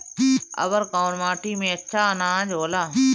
अवर कौन माटी मे अच्छा आनाज होला?